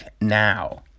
now